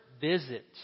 visit